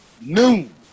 Noon